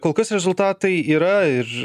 kol kas rezultatai yra ir